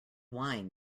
wine